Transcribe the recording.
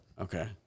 Okay